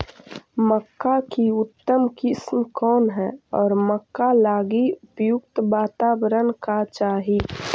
मक्का की उतम किस्म कौन है और मक्का लागि उपयुक्त बाताबरण का चाही?